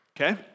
okay